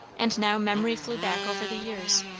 and now memory flew back over the years,